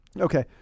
Okay